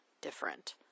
different